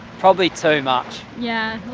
probably too much. yeah